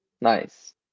nice